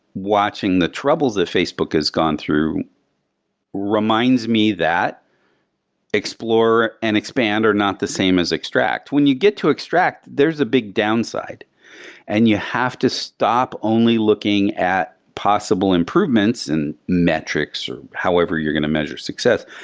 watching the troubles that facebook has gone through reminds me that explore and expand are not the same as extract. when you get to extract, there's a big downside and you have to stop only looking at possible improvements and metrics, or however you're going to measure success.